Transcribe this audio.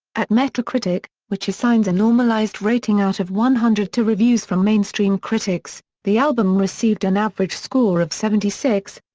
at metacritic, which assigns a normalised rating out of one hundred to reviews from mainstream critics, the album received an average score of seventy six,